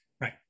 Right